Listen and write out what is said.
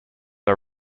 are